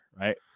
Right